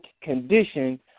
condition